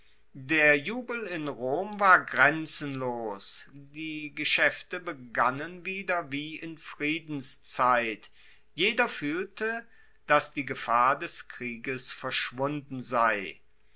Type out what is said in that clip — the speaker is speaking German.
der jubel in rom war grenzenlos die geschaefte begannen wieder wie in friedenszeit jeder fuehlte dass die gefahr des krieges verschwunden sei